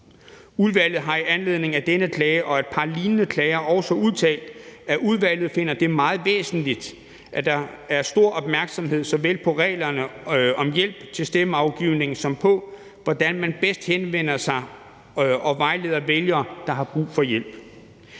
Udvalget har i anledning af denne klage og et par lignende klager også udtalt, at udvalget finder det meget væsentligt, at der er stor opmærksomhed såvel på reglerne om hjælp til stemmeafgivning som på, hvordan man bedst henvender sig til og vejleder vælgere, der har brug for hjælp.